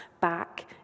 back